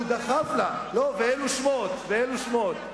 ואלה שמות, ואלה שמות.